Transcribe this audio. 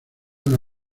una